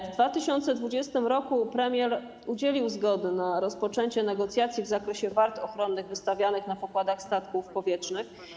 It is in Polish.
W 2020 r. premier udzielił zgody na rozpoczęcie negocjacji w zakresie wart ochronnych wystawianych na pokładach statków powietrznych.